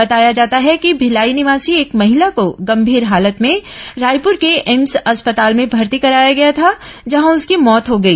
बताया जाता है कि भिलाई निवासी एक महिला को गंभीर हालत में रायपूर के एम्स अस्पताल में भर्ती कराया गया था जहां उसकी मौत हो गई